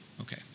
Okay